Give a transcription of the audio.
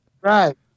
right